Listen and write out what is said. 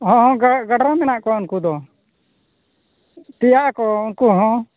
ᱦᱚᱸ ᱦᱚᱸ ᱜᱟᱰᱚᱨ ᱢᱮᱱᱟᱜ ᱠᱚᱣᱟ ᱩᱱᱠᱩᱫᱚ ᱯᱮᱭᱟᱜᱼᱟᱠᱚ ᱩᱱᱠᱩᱦᱚᱸ